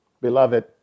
beloved